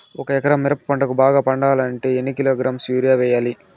ఒక ఎకరా మిరప పంటకు బాగా పండాలంటే ఎన్ని కిలోగ్రామ్స్ యూరియ వెయ్యాలి?